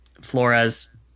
Flores